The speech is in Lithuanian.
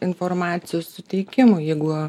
informacijos suteikimui jeigu